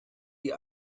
die